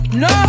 no